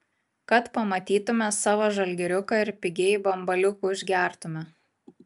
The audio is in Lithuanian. kad pamatytume savo žalgiriuką ir pigiai bambaliukų išgertume